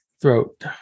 throat